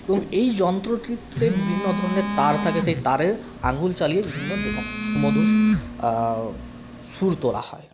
এবং এই যন্ত্রটিতে বিভিন্ন ধরনের তার থাকে সেই তারের আঙুল চালিয়ে বিভিন্ন সুমধুর সুর তোলা হয়